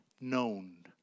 known